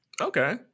Okay